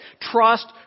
Trust